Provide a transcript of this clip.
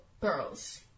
girls